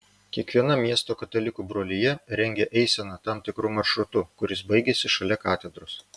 kiekviena miesto katalikų brolija rengia eiseną tam tikru maršrutu kuris baigiasi šalia katedros